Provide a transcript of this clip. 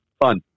fun